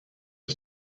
are